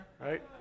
Right